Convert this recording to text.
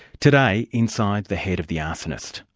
today, inside the head of the arsonist.